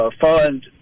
fund